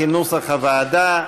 כנוסח הוועדה.